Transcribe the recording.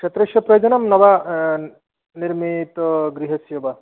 क्षेत्रस्य प्रयोजनं न वा निर्मितगृहस्य वा